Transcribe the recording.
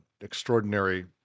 extraordinary